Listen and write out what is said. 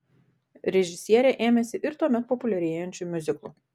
režisierė ėmėsi ir tuomet populiarėjančių miuziklų